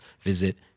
visit